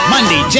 Monday